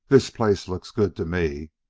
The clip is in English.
this place looks good to me.